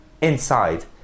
inside